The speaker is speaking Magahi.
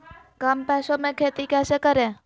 कम पैसों में खेती कैसे करें?